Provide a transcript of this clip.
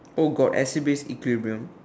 oh got acid base equilibrium